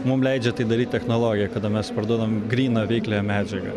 mum leidžia tai daryt technologija kada mes parduodam gryną veikliąją medžiagą